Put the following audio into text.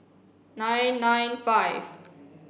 nine nine five